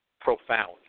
profound